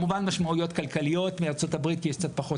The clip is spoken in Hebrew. משמעויות כלכליות מארצות הברית כי יש קצת פחות